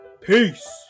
Peace